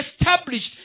established